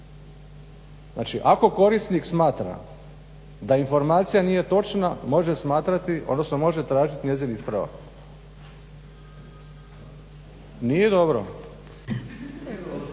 Znači ako korisnik smatra da informacija nije točna može tražit njezin ispravak. Nije dobro.